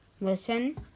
listen